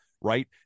right